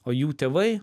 o jų tėvai